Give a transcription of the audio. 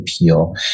appeal